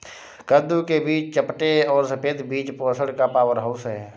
कद्दू के बीज चपटे और सफेद बीज पोषण का पावरहाउस हैं